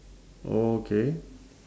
okay